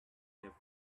left